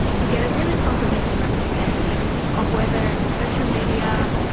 to get a really comprehensive understanding of whether social media,